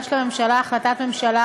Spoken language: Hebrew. הגשת לממשלה החלטת ממשלה